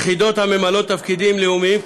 יחידות הממלאות תפקידים לאומיים,